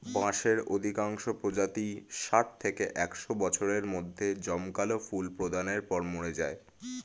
বাঁশের অধিকাংশ প্রজাতিই ষাট থেকে একশ বছরের মধ্যে জমকালো ফুল প্রদানের পর মরে যায়